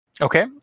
Okay